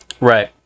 Right